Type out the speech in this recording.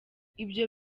ibyo